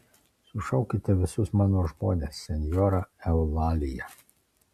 sušaukite visus mano žmones senjora eulalija